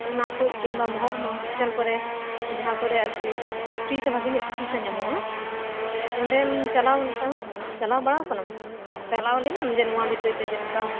ᱚᱱᱟ ᱠᱩᱡ ᱠᱤᱝᱵᱟ ᱢᱚᱦᱚᱠᱩᱢᱟ ᱦᱚᱥᱯᱤᱴᱟᱞ ᱠᱚᱨᱮ ᱡᱟᱦᱟᱸ ᱠᱚᱨᱮ ᱟᱨᱠᱤ ᱯᱷᱨᱤ ᱛᱮ ᱵᱷᱟᱹᱜᱤ ᱧᱚᱜ ᱛᱤᱠᱤᱥᱟ ᱧᱟᱢᱚᱜᱼᱟ ᱚᱸᱰᱮᱢ ᱪᱟᱞᱟᱣ ᱟᱠᱟᱱᱟ ᱪᱟᱞᱟᱣ ᱵᱟᱲᱟ ᱟᱠᱟᱱᱟᱢ ᱪᱟᱞᱟᱣ ᱞᱮᱱᱟᱢ ᱱᱚᱣᱟ ᱵᱤᱥᱚᱭ ᱛᱮ ᱡᱮ ᱱᱚᱝᱠᱟ